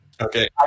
Okay